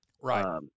Right